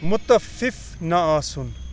مُتفِف نہَ آسُن